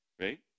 right